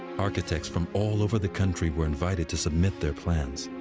architects from all over the country were invited to submit their plans.